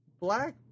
black